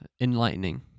enlightening